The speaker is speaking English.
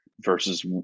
versus